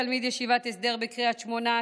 תלמיד ישיבת הסדר בקריית שמונה,